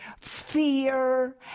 fear